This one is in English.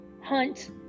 hunt